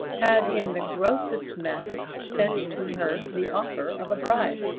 had in the grossest manner, sent to her the offer of a bribe.